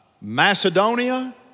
Macedonia